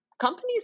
Companies